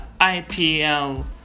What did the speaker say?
IPL